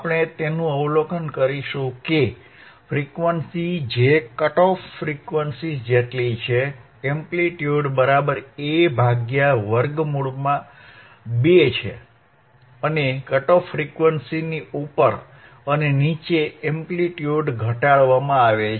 આપણે તેનું અવલોકન કરીશું કે ફ્રિક્વન્સી જે કટ ઓફ ફ્રીક્વન્સીઝ જેટલી છે એમ્પ્લીટ્યુડ બરાબર A ભાગ્યા વર્ગમુળમાં 2 છે અને કટ ઓફ ફ્રીક્વન્સીઝની ઉપર અને નીચે એમ્પ્લીટ્યુડ ઘટાડવામાં આવે છે